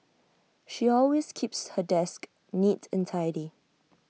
she always keeps her desk neat and tidy